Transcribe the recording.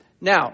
Now